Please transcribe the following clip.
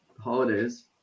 holidays